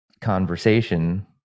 conversation